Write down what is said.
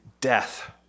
Death